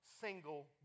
single